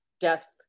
death